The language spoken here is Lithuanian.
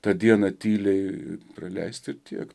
tą dieną tyliai praleisti ir tiek